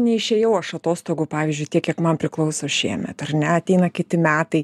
neišėjau aš atostogų pavyzdžiui tiek kiek man priklauso šiemet ar ne ateina kiti metai